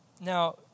Now